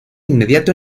inmediato